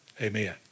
Amen